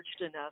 enough